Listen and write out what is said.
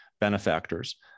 benefactors